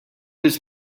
this